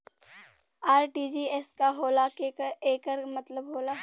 RTGS का होला एकर का मतलब होला?